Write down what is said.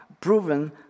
proven